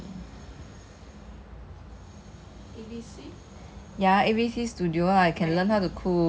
okay lor cool but that time 我不是叫你去 A_B_C with 我 lor 你都没有去